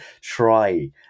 try